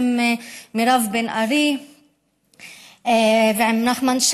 יעקב מרגי ויעל גרמן,